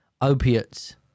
opiates